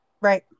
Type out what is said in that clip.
Right